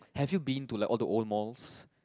have you been to like all the old malls